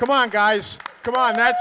come on guys come on that